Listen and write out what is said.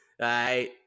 right